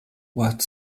what